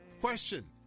Question